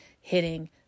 hitting